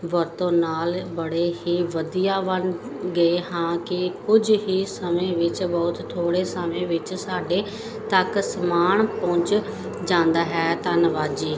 ਵਰਤੋਂ ਨਾਲ ਬੜੇ ਹੀ ਵਧੀਆ ਬਣ ਗਏ ਹਾਂ ਕਿ ਕੁਝ ਹੀ ਸਮੇਂ ਵਿੱਚ ਬਹੁਤ ਥੋੜ੍ਹੇ ਸਮੇਂ ਵਿੱਚ ਸਾਡੇ ਤੱਕ ਸਮਾਨ ਪੁੱਜ ਜਾਂਦਾ ਹੈ ਧੰਨਵਾਦ ਜੀ